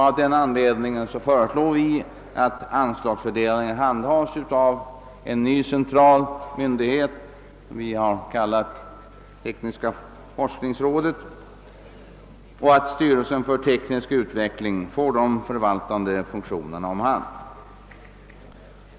Av den anledningen föreslår vi, att anslagsfördelningen handhas av en ny central myndighet — vi har kallat den för Tekniska forskningsrådet — och att styrelsen för teknisk utveckling får de förvaltande funktionerna om hand.